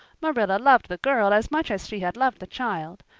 marilla loved the girl as much as she had loved the child,